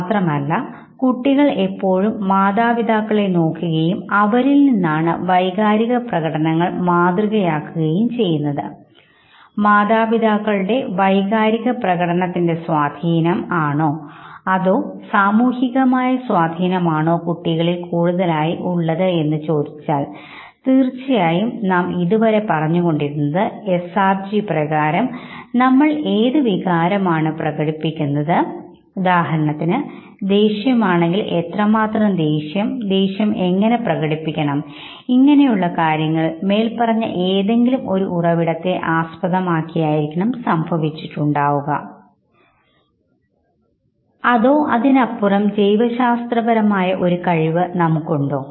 മാത്രമല്ല കുട്ടികൾ എപ്പോഴും മാതാപിതാക്കളെ നോക്കുകയും അവരിൽ നിന്നാണ് വൈകാരിക പ്രകടനങ്ങൾ മാതൃകയാക്കുകയും ചെയ്യുന്നത് മാതാപിതാക്കളുടെ വൈകാരിക പ്രകടനത്തിന്റെ സ്വാധീനം ആണോ അതോ സാമൂഹികമായ സ്വാധീനമാണോ കുട്ടികളിൽ കൂടുതലായി ഉള്ളത് എന്ന് ചോദിച്ചാൽ തീർച്ചയായും നമ്മൾ ഇതുവരെ പറഞ്ഞുകൊണ്ടിരുന്നത് എസ് ആർ ജി പ്രകാരം നമ്മൾ ഏതു വികാരമാണ് പ്രകടിപ്പിക്കുന്നത് ഉദാഹരണത്തിന് ദേഷ്യം ആണെങ്കിൽ എത്രമാത്രം ഒരു ദേഷ്യം ദേഷ്യം എങ്ങനെ പ്രകടിപ്പിക്കണം ഇങ്ങനെയുള്ള കാര്യങ്ങൾ മേൽപ്പറഞ്ഞ ഏതെങ്കിലും ഒരു ഉറവിടത്തിത്തെ ആസ്പദമാക്കി ആയിരിക്കണം സംഭവിച്ചിട്ടുണ്ടാവുക അതോ അതിനപ്പുറം ജൈവശാസ്ത്രം ആയ ഒരു കഴിവ് നമുക്കുണ്ടോ